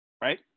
right